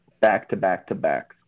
back-to-back-to-back